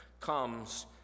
comes